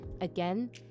Again